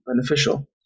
beneficial